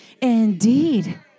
indeed